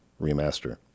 remaster